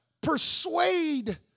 persuade